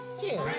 Cheers